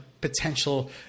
potential